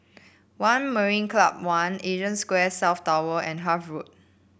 One Marina Club One Asia Square South Tower and Hythe Road